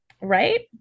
Right